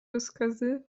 rozkazy